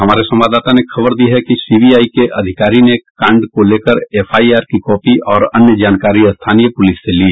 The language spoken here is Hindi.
हमारे संवाददाता ने खबर दी है कि सीबीआई के अधिकारी ने कांड को लेकर एफआईआर की कॉपी और अन्य जानकारी स्थानीय पुलिस से ली